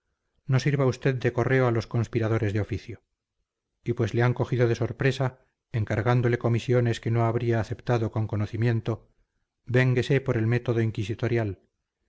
no sirva usted de correo a los conspiradores de oficio y pues le han cogido de sorpresa encargándole comisiones que no habría aceptado con conocimiento vénguese por el método inquisitorial